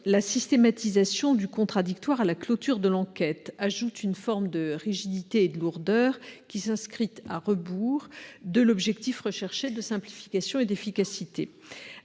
la systématisation du contradictoire à la clôture de l'enquête ajoute une forme de rigidité et de lourdeur qui s'inscrit à rebours de l'objectif de simplification et d'efficacité